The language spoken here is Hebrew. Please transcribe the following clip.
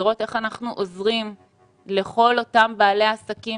לראות איך אנחנו עוזרים לכל אותם בעלי עסקים